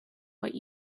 what